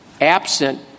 absent